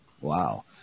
Wow